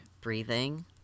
breathing